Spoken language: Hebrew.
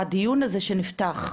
הדיון הזה שנפתח,